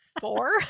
Four